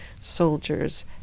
soldiers